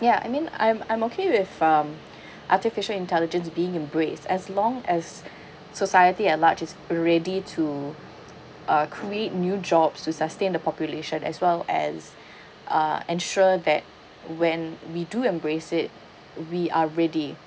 ya I mean I'm I'm okay with um artificial intelligence being embraced as long as society at large is already to uh create new jobs to sustain the population as well as uh ensure that when we do embrace it we are ready